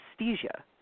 anesthesia